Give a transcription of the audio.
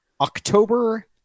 October